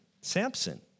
Samson